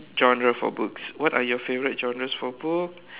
genre for books what are your favourite genres for book